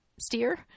steer